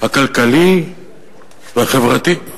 הכלכלי והחברתי",